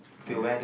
correct